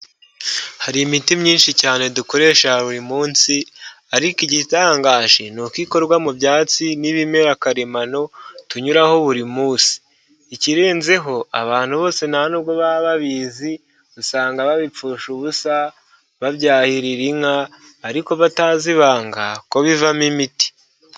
Hari imiti myinshi cyane dukoresha buri munsi, ariko igitangaje ni uko ikorwa mu byatsi n'ibimera akaremano tunyuraho buri munsi. Ikirenzeho abantu bose nta nubwo baba babizi, usanga babipfusha ubusa babyahirira inka, ariko batazi ibanga ko bivamo imiti.